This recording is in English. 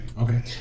Okay